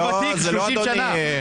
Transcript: אתה ותיק, 30 שנה.